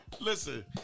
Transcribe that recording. Listen